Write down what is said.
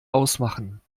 ausmachen